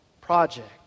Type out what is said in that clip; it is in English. project